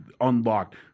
unlocked